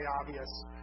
obvious